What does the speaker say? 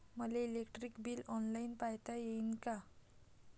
मले electric bill online पायता येईन का?